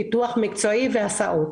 פיתוח מקצועי והסעות.